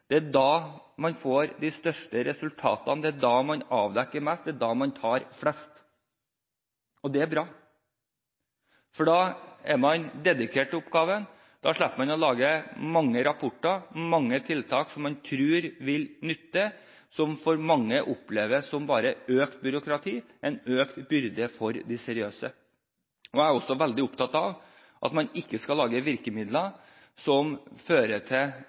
man får de beste resultatene, det er da man avdekker mest. Det er da man tar flest. Det er bra, for da er man dedikert til oppgaven. Da slipper man å lage mange rapporter, mange tiltak som man tror vil nytte, som for mange oppleves som bare økt byråkrati, en økt byrde for de seriøse. Jeg er også veldig opptatt av at man ikke skal lage virkemidler som fører til